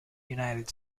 united